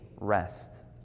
rest